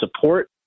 support